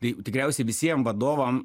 tai tikriausiai visiem vadovam